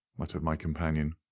muttered my companion.